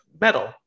metal